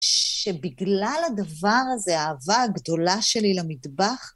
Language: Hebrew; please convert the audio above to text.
שבגלל הדבר הזה, האהבה הגדולה שלי למטבח...